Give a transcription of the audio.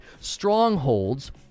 strongholds